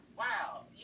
wow